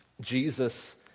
Jesus